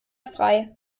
frei